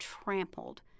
trampled